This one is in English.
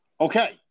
Okay